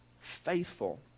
Faithful